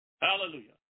Hallelujah